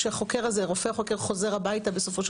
כשהרופא החוקר חוזר הביתה בסופו של